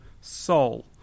soul